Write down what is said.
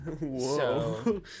Whoa